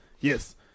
yes